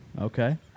Okay